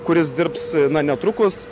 kuris dirbs na netrukus